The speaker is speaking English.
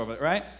right